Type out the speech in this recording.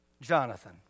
Jonathan